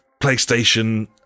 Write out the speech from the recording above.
PlayStation